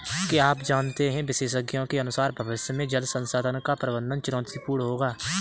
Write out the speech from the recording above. क्या आप जानते है विशेषज्ञों के अनुसार भविष्य में जल संसाधन का प्रबंधन चुनौतीपूर्ण होगा